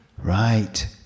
Right